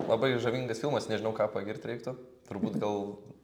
labai žavingas filmas nežinau ką pagirt reiktų turbūt gal